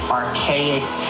archaic